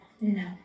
No